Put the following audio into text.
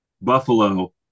Buffalo